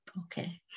okay